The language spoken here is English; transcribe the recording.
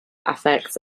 affects